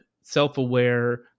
self-aware